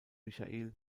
michael